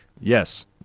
Yes